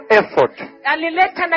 effort